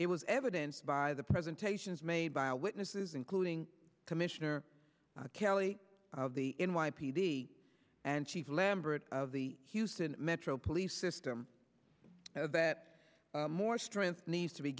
it was evidence by the presentations made by a witnesses including commissioner kelly of the n y p d and chief lambert of the houston metro police system that more strength needs to be